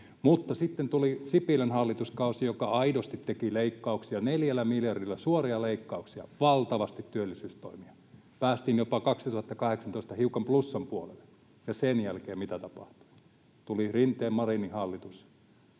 Mutta sitten tuli Sipilän hallituskausi, joka aidosti teki leikkauksia, neljällä miljardilla suoria leikkauksia, valtavasti työllisyystoimia. Päästiin 2018 jopa hiukan plussan puolelle. Ja sen jälkeen mitä tapahtui? Tuli Rinteen—Marinin hallitus,